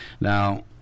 Now